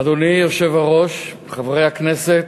אדוני היושב-ראש, חברי הכנסת,